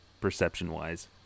perception-wise